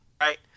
right